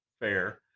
Fair